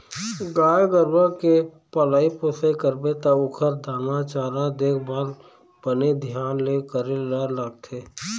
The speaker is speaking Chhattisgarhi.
गाय गरूवा के पलई पोसई करबे त ओखर दाना चारा, देखभाल बने धियान ले करे ल लागथे